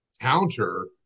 counter